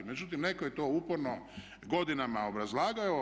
Međutim netko je to uporno godinama obrazlagao.